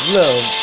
love